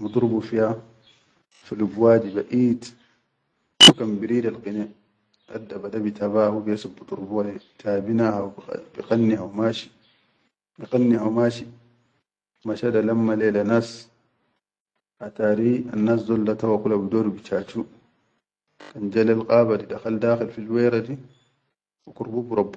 bidurbu fiya fi lub wadi baʼid, hu kan biridal qine, dadda bad bitaba hu bihesib bidurbuw le tabina haw biqanni haw mashi, biqanni haw mashi, masha da klamma le la nas atari annas dol da tawwa kula bidoru bichachu kan ja lel qaba di dakhal dakhi fil were di bukurbu.